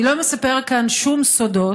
אני לא מספרת כאן שום סודות,